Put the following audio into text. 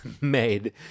made